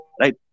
right